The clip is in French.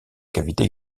cavité